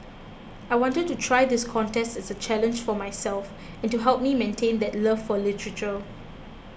I wanted to try this contest as a challenge for myself and to help me maintain that love for literature